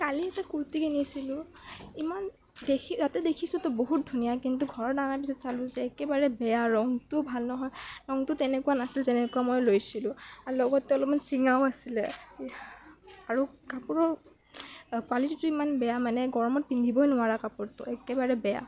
কালি এটা কুৰ্তি কিনিছিলোঁ ইমান দেখি তাতে দেখিছোঁতো বহুত ধুনীয়া কিন্তু ঘৰত অনা পাছত চালোঁ যে একেবাৰে বেয়া ৰংটোও ভাল নহয় ৰংটো তেনেকুৱা নাছিল যেনেকুৱা মই লৈছিলোঁ আৰু লগতে অলপমান চিঙাও আছিলে আৰু কাপোৰৰ কোৱালিটিটো ইমান বেয়া মানে গৰমত পিন্ধিবই নোৱাৰা কাপোৰটো একেবাৰে বেয়া